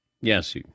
Yes